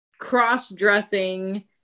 cross-dressing